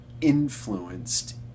influenced